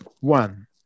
One